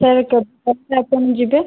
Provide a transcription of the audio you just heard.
sir total ଯିବେ